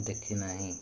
ଦେଖିନାହିଁ